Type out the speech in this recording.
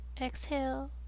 exhale